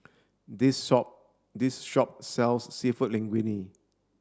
this this shop sells Seafood Linguine